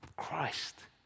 Christ